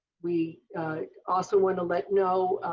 we also want to let know,